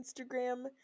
Instagram